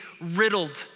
riddled